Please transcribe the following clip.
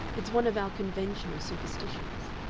it's one of our conventional superstitions.